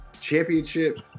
championship